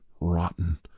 rotten